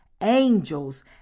angels